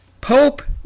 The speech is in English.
Pope